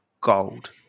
gold